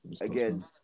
again